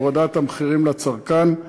הורדת המחירים לצרכן,